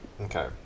Okay